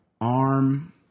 arm